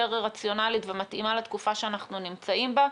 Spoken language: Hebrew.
רציונלית ומתאימה לתקופה שאנחנו נמצאים בה,